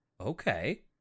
okay